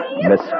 Miss